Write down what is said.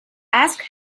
ask